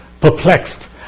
perplexed